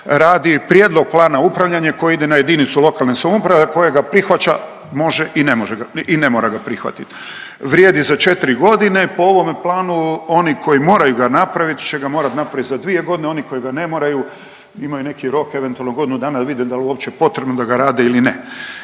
radi prijedlog plana upravljanja koji ide na JLS, koja ga prihvaća, može i ne može ga i ne mora ga prihvatit. Vrijedi za 4.g., po ovome planu oni koji moraju ga napravit će ga morat napravit za 2.g., oni koji ga ne moraju imaju neki rok, eventualno godinu dana, jel vide dal uopće potrebno da ga rade ili ne.